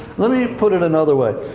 let me put it another way.